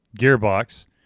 Gearbox